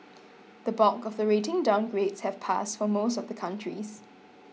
the bulk of the rating downgrades have passed for most of the countries